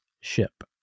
ship